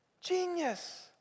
Genius